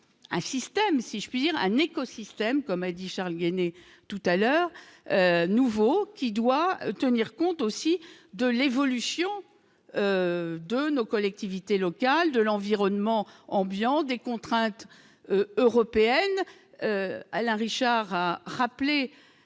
un système si je puis dire, un écosystème comme a dit Charles Guené tout à l'heure, nouveau qui doit tenir compte aussi de l'évolution de nos collectivités locales de l'environnement, ambiance des contraintes européennes Alain Richard a rappelé.